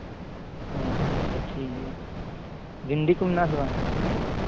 ᱟᱪᱪᱷᱟ ᱴᱷᱤᱠᱜᱮᱭᱟ ᱵᱷᱤᱱᱰᱤ ᱠᱚ ᱢᱮᱱᱟᱜᱼᱟ ᱥᱮ ᱵᱟᱝ